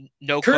no